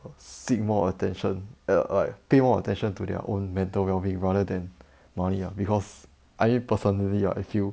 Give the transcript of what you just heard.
err seek more attention err like pay more attention to their own mental well being rather than money ah because I mean personally I feel